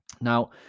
Now